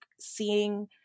seeing